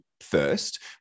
first